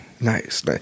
nice